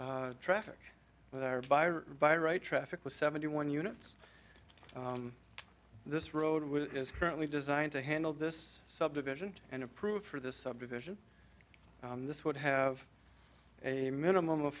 traffic by right traffic was seventy one units this road is currently designed to handle this subdivision and approved for this subdivision this would have a minimum of